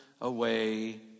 away